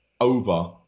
over